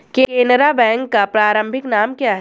Canara bank का प्रारंभिक नाम क्या था?